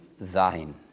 thine